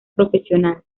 profesional